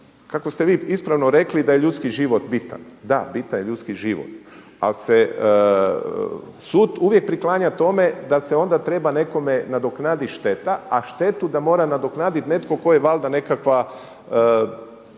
kako ste vi ispravno rekli da je ljudski život bitan. Da, bitan je ljudski život, ali se sud uvijek priklanja tome da se onda treba nekome nadoknadi šteta, a štetu da mora nadoknadit netko tko je valjda nekakva